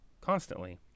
constantly